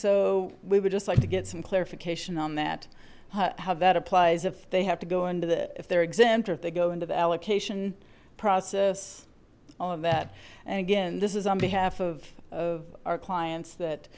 so we would just like to get some clarification on that how that applies if they have to go into the if they're exempt if they go into the allocation process all of that and again this is on behalf of our clients that